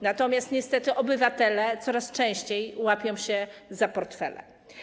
Natomiast niestety obywatele coraz częściej łapią się za portfele.